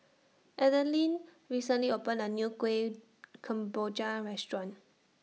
Adeline recently opened A New Kuih Kemboja Restaurant